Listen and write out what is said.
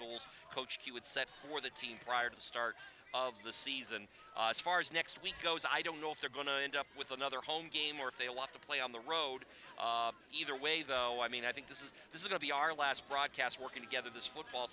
goals coached you would set for the team prior to the start of the season as far as next week goes i don't know if they're going to end up with another home game or if they want to play on the road either way though i mean i think this is this is going to be our last broadcast working together this football